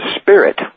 Spirit